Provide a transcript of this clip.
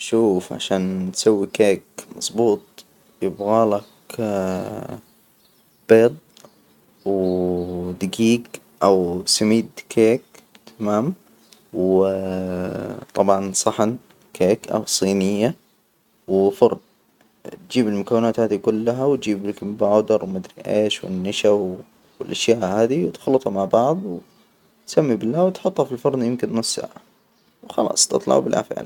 شوف عشان نسوي كيك مظبوط يبغى لك بيض، و دجيج أو سميد كيك تمام؟ و طبعا صحن كيك أو صينية و فرن، تجيب المكونات هذى كلها، وتجيبلك بيكن بودر ومدري إيش والنشا والأشياء هذى تخلطها مع بعض، نسمي بالله وتحطها في الفرن. يمكن نص ساعة وخلاص تطلع، وبالعافية عليك.